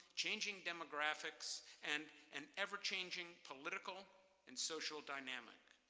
changing demographics, and an ever-changing political and social dynamic.